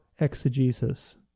exegesis